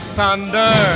thunder